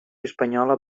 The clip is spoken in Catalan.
espanyola